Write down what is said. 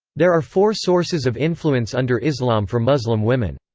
there are four sources of influence under islam for muslim women.